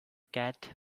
cat